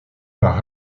par